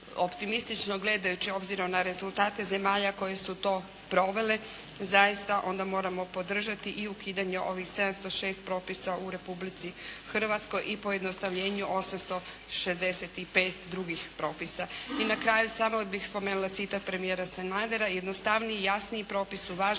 optimistično gledajući obzirom na rezultate zemalja koje su to provele zaista onda moramo podržati i ukidanje ovih 706 propisa u Republici Hrvatskoj i pojednostavljenju 865 drugih propisa. I na kraju samo bih spomenula citat premijera Sanadera. “Jednostavniji, jasniji propis su važno